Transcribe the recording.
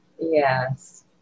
Yes